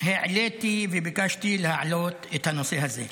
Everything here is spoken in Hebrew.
העליתי וביקשתי להעלות את הנושא הזה.